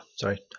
sorry